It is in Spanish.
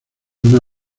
una